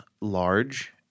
large